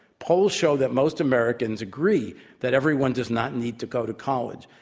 polls show that most americans agree that everyone does not need to go to college.